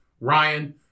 Ryan